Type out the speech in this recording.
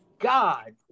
God